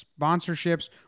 sponsorships